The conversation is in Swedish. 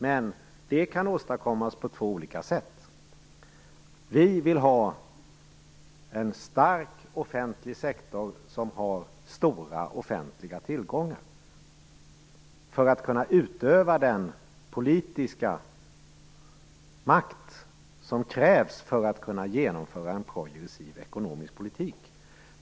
Men detta kan åstadkommas på två olika sätt. Vänsterpartiet vill ha en stark offentlig sektor som har stora offentliga tillgångar för att kunna utöva den politiska makt som krävs för att kunna genomföra en progressiv ekonomisk politik.